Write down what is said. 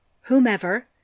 Whomever